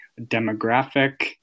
Demographic